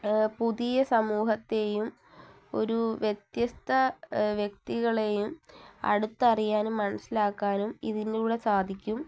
പുതിയ സമൂഹത്തേയും ഒരു വ്യത്യസ്ത വ്യക്തികളേയും അടുത്തറിയാനും മനസ്സിലാക്കാനും ഇതിലൂടെ സാധിക്കും